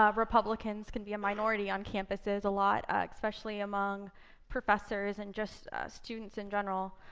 ah republicans can be a minority on campuses a lot, especially among professors and just students in general.